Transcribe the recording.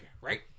right